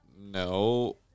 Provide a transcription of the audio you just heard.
No